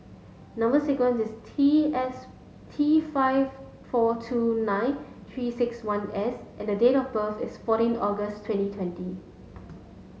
number sequence is T S T five four two nine three six one S and date of birth is fourteen August twenty twenty